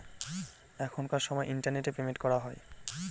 এখনকার সময় internet payment করা হয়